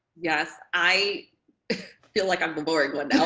yes. i feel like i'm the boring one